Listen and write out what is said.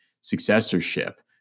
successorship